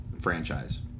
franchise